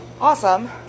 awesome